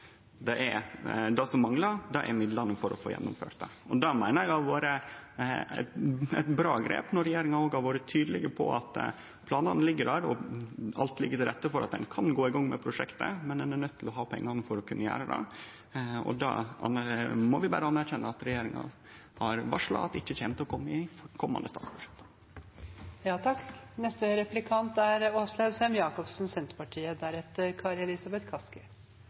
Det som manglar, er midlane til å få gjennomført det. Eg meiner det har vore eit bra grep når regjeringa òg har vore tydeleg på at planane ligg der, og alt ligg til rette for at ein kan gå i gang med prosjektet, men ein er nøydd til å ha pengane for å kunne gjere det. Det må vi berre anerkjenne at regjeringa har varsla ikkje kjem til å kome i det komande statsbudsjettet. I alle år har Kristelig Folkeparti og Senterpartiet